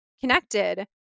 connected